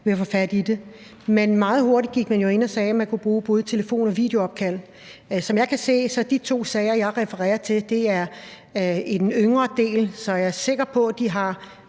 ved at få fat i det. Men meget hurtigt gik man jo ind og sagde, at man kunne bruge både telefon- og videoopkald. Som jeg kan se, er de to sager, jeg refererer til, i den yngre del, så jeg er sikker på, at de har